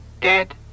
Dead